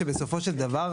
שבסופו של דבר,